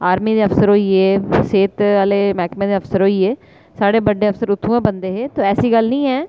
army दे अफसर होई गे सेह्त आह्ले मैह्कमें दे अफसर होई गे साढ़े बड्डे अफसर उत्थुआं ई बनदे हे ऐसी गल्ल निं ऐ